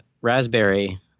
Raspberry